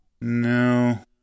No